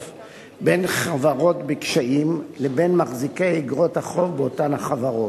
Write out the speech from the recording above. בין חברות בקשיים לבין מחזיקי איגרות החוב באותן החברות.